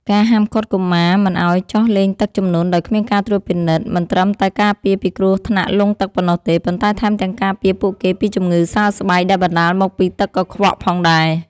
ការហាមឃាត់កុមារមិនឱ្យចុះលេងទឹកជំនន់ដោយគ្មានការត្រួតពិនិត្យ មិនត្រឹមតែការពារពីគ្រោះថ្នាក់លង់ទឹកប៉ុណ្ណោះទេ ប៉ុន្តែថែមទាំងការពារពួកគេពីជំងឺសើស្បែកដែលបណ្តាលមកពីទឹកកខ្វក់ផងដែរ។